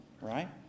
right